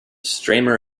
streamer